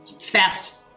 Fast